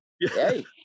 Hey